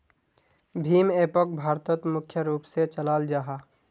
भीम एपोक भारतोत मुख्य रूप से चलाल जाहा